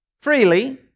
freely